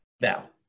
Now